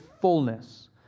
fullness